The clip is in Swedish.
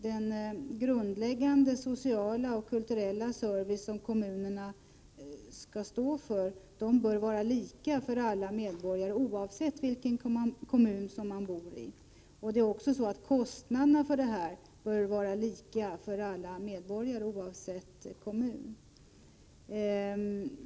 Den grundläggande sociala och kulturella service som kommunerna skall stå för bör vara lika för alla medborgare, oavsett vilken kommun man bor i. Kostnaderna bör också vara lika för alla medborgare, oavsett kommun.